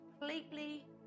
completely